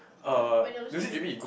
when you are lucid dreaming